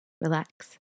relax